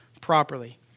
properly